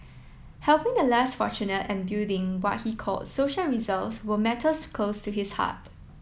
helping the less fortunate and building what he called social reserves were matters close to his heart